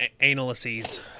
analyses